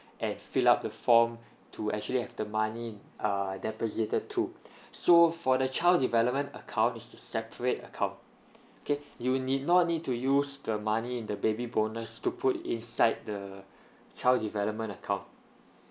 and fill up the form to actually have the money uh deposited to so for the child development account means a separate account okay you need not need to use the money in the baby bonus to put inside the child development account